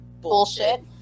bullshit